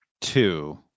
two